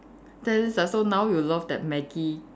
there is ah so now you love that Maggi